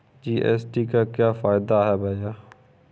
GST का क्या फायदा है भैया?